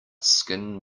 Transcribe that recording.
skin